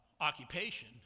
occupation